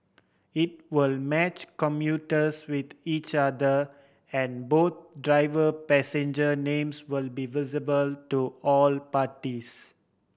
it will match commuters with each other and both driver passenger names will be visible to all parties